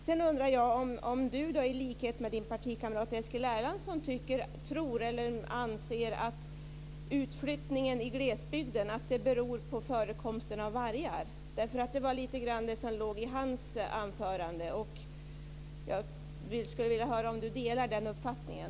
Sedan undrar jag om Viviann Gerdin i likhet med hennes partikamrat Eskil Erlandsson anser att utflyttningen från glesbygden beror på förekomsten av vargar. Det var nämligen lite grann det som låg i hans anförande. Jag skulle vilja höra om Viviann Gerdin delar den uppfattningen.